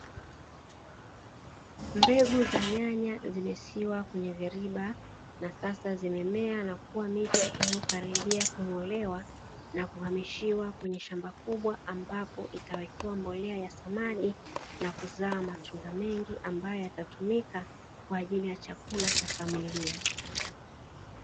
Mbegu za nyanya zimesiwa kwenye viriba, na sasa zimemea na kuwa miche inayokaribia kung'olewa, na kuhamishiwa kwenye shamba kubwa, ambapo itawekewa mbolea ya samadi na kuzaa matunda mengi ambayo yatatumika kwa ajili ya chakula cha familia.